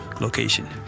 location